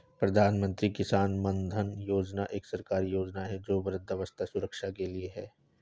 प्रधानमंत्री किसान मानधन योजना एक सरकारी योजना है जो वृद्धावस्था सुरक्षा के लिए है